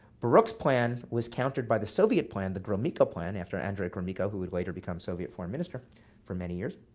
baruch's plan was countered by the soviet plan, the gromyko plan after andrei gromyko, who would later become soviet foreign minister for many years.